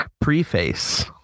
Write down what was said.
preface